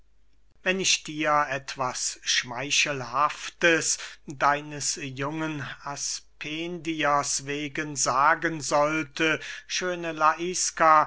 wenn ich dir etwas schmeichelhaftes deines jungen aspendiers wegen sagen sollte schöne laiska